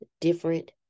different